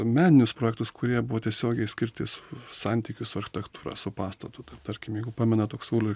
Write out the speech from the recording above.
meninius projektus kurie buvo tiesiogiai skirti su santykiu su architektūra su pastatu ten tarkim jeigu pamenat toks saulius